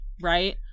right